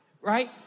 right